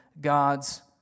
God's